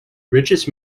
richest